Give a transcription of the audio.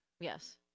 Yes